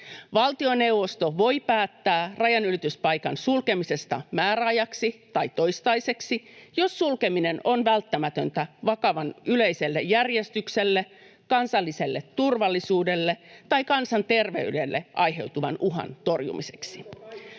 Valtioneuvosto voi päättää rajanylityspaikan sulkemisesta määräajaksi tai toistaiseksi, jos sulkeminen on välttämätöntä vakavan yleiselle järjestykselle, kansalliselle turvallisuudelle tai kansanterveydelle aiheutuvan uhan torjumiseksi.